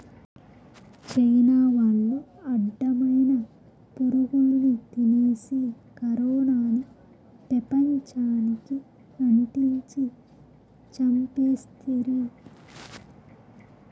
China వాళ్లు అడ్డమైన పురుగుల్ని తినేసి కరోనాని పెపంచానికి అంటించి చంపేస్తిరి